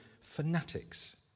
fanatics